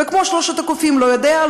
וכמו שלושת הקופים: לא יודע,